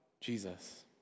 Jesus